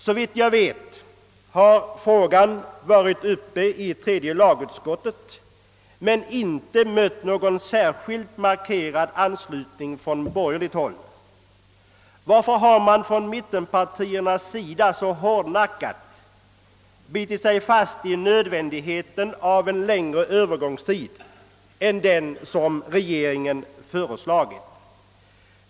Såvitt jag vet har frågan varit uppe vid behandlingen i tredje lagutskottet men inte mött någon särskilt markerad anslutning från borgerligt håll. Varför har man från mittenpartiernas sida så hårdnackat bitit sig fast vid nödvändigheten av en längre övergångstid än den som regeringen föreslagit?